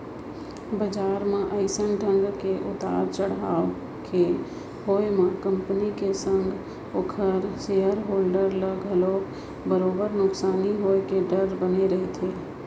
बजार म अइसन ढंग के उतार चड़हाव के होय म कंपनी के संग ओखर सेयर होल्डर ल घलोक बरोबर नुकसानी होय के डर बने रहिथे